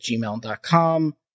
gmail.com